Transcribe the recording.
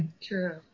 True